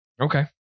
Okay